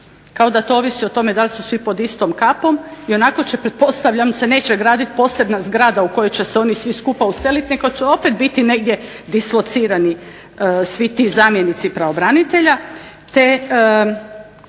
kao da to ovisi o tome da li su svi pod istom kapom, ionako će pretpostavljam se neće graditi posebna zgrada u kojoj će se oni svi skupa useliti, nego će opet biti negdje dislocirani svi ti zamjenici pravobranitelja,